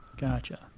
Gotcha